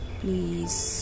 please